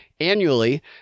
annually